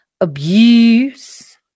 abuse